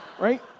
Right